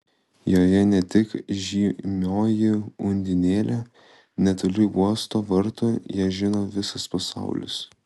joje ne tik žymioji undinėlė netoli uosto vartų ją žino visas pasaulis